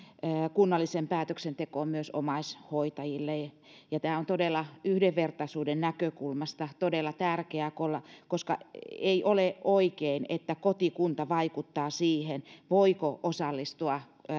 kunnalliseen päätöksentekoon myös omaishoitajille tämä on yhdenvertaisuuden näkökulmasta todella tärkeää koska ei ole oikein että kotikunta vaikuttaa siihen voiko osallistua